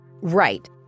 Right